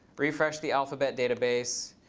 refresh the alphabet database.